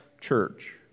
church